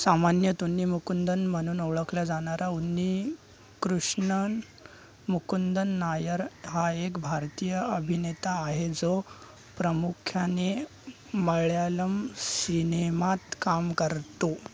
सामान्यतः उन्नी मुकुंदन म्हणून ओळखला जाणारा उन्नीकृष्णन मुकुंदन नायर हा एक भारतीय अभिनेता आहे जो प्रामुख्याने मल्याळम सिनेमात काम करतो